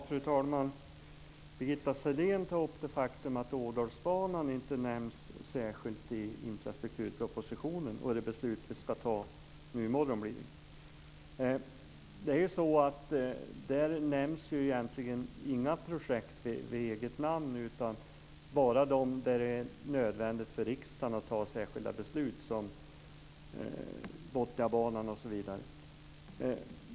Fru talman! Birgitta Sellén tar upp det faktum att Ådalsbanan inte nämns särskilt i infrastrukturpropositionen inför det beslut vi ska fatta i morgon. Där nämns ju egentligen inga projekt vid eget namn. Det är bara de projekt där det är nödvändigt för riksdagen att fatta särskilda beslut som nämns, t.ex. Botniabanan.